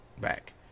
back